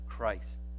Christ